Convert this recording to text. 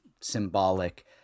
symbolic